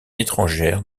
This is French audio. étrangère